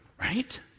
Right